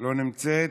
לא נמצאת.